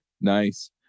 Nice